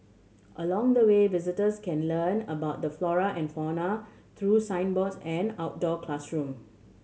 along the way visitors can learn about the flora and fauna through signboards and outdoor classroom